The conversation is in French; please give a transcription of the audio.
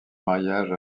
mariage